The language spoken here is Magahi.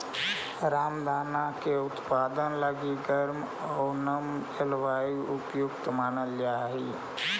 रामदाना के उत्पादन लगी गर्म आउ नम जलवायु उपयुक्त मानल जा हइ